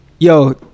Yo